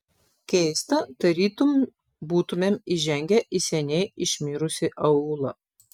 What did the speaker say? keista tarytum būtumėm įžengę į seniai išmirusį aūlą